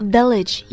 Village